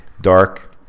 dark